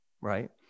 right